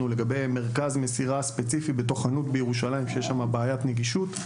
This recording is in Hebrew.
לגבי מרכז מסירה ספציפי בתוך חנות בירושלים שיש שם בעיית נגישות.